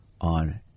on